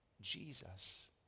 Jesus